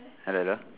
hello lor